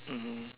mmhmm